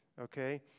okay